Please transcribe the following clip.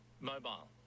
Mobile